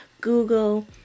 Google